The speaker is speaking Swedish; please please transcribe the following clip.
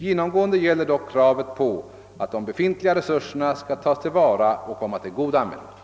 Genomgående gäller dock kravet på att de befintliga resurserna skall tas till vara och komma till god användning.